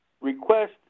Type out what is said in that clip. request